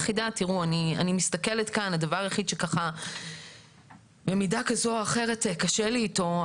יש דבר אחד שהוא הדבר היחיד שבמידה כזו או אחרת קשה לי אתו.